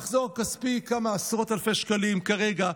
המחזור הכספי הוא של כמה עשרות אלפי שקלים כרגע,